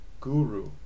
guru